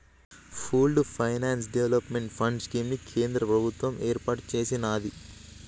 pooled finance development fund scheme ని కేంద్ర ప్రభుత్వం ఏర్పాటు చేసినాది